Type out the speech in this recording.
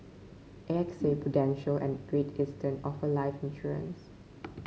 A X A Prudential and Great Eastern offer life insurance